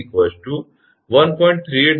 7807 1